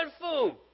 food